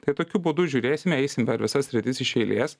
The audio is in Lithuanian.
tai tokiu būdu žiūrėsime eisim per visas sritis iš eilės